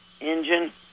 engine